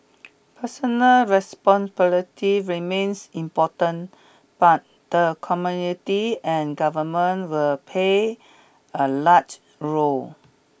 personal responsibility remains important but the community and Government will pay a larger role